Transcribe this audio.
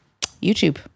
YouTube